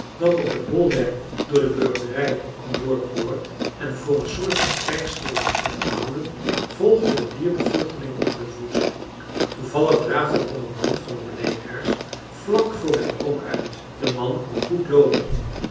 dat op het bolwerk door de burgerij kon worden gehoord en voor een soort van krijgsgeschreeuw werd gehouden volgde het dier de vluchtelingen op den voet toevallig draafde de kommandant van de belegeraars vlak voor mijn oom uit de man kon goed loopen